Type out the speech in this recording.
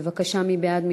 בבקשה, מי בעד?